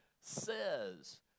says